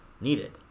needed